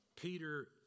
Peter